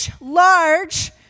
large